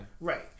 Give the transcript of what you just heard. Right